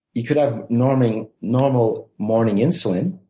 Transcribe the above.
you could have normal normal morning insulin